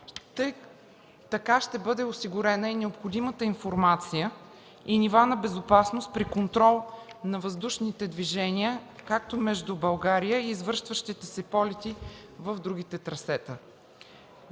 Така ще бъде осигурена необходимата информация и нива на безопасност при контрол на въздушните движения между България и извършващите се полети в другите трасета.